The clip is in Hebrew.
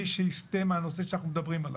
מי שיסטה מהנושא שאנחנו מדברים עליו,